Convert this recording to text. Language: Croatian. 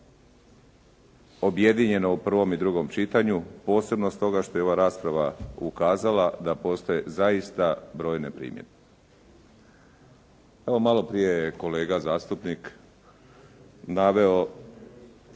objedinjenoj u prvom i drugom čitanju posebno stoga što je ova rasprava ukazala da postoje zaista brojne primjedbe. Evo malo prije je kolega zastupnik naveo